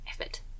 effort